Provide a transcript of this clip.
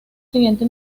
siguiente